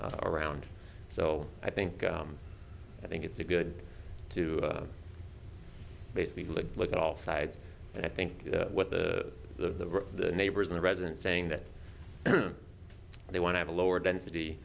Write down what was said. around so i think i think it's a good to basically live look at all sides and i think what the the the neighbors and the residents saying that they want to have a lower density